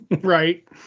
Right